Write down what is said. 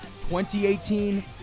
2018